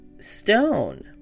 stone